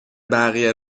بقیه